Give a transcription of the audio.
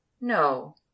No